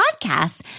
podcasts